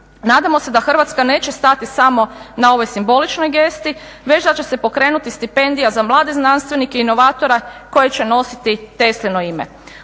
Nadamo se da Hrvatska neće stati samo na ovoj simboličnoj gesti već da se će se pokrenuti stipendija za mlade znanstvenike inovatore koji će nositi Teslino ime.